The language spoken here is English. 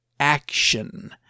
action